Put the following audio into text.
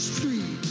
Street